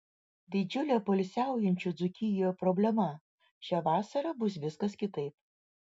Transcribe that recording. didžiulė poilsiaujančių dzūkijoje problema šią vasarą bus viskas kitaip